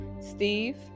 steve